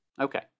okay